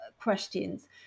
questions